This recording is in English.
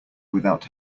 without